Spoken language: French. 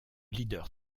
leader